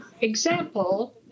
example